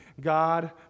God